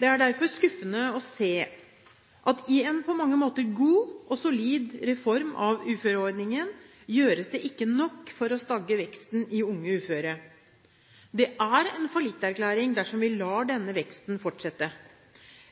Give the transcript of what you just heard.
Det er derfor skuffende å se at i en på mange måter god og solid reform av uføreordningen gjøres det ikke nok for å stagge veksten i unge uføre. Det er en fallitterklæring dersom vi lar denne veksten fortsette.